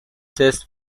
test